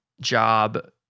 job